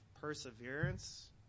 perseverance